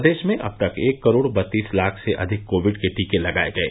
प्रदेश में अब तक एक करोड़ बत्तीस लाख से अधिक कोविड के टीके लगाये गये